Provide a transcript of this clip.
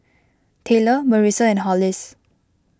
Taylor Marissa and Hollis